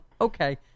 Okay